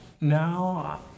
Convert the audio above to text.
now